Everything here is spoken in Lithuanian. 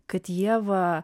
kad ieva